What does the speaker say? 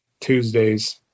Tuesdays